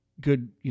good